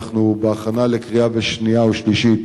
אנחנו בהכנה לקריאה שנייה ושלישית